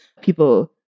people